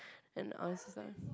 and awesome